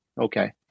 Okay